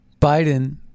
Biden